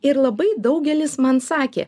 ir labai daugelis man sakė